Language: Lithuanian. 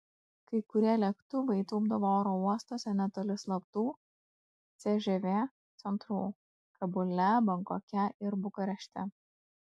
kai kurie lėktuvai tūpdavo oro uostuose netoli slaptų cžv centrų kabule bankoke ir bukarešte